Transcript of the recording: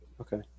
Okay